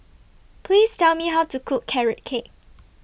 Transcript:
Please Tell Me How to Cook Carrot Cake